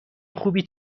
خوبی